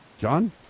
John